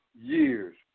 years